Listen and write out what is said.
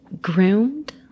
groomed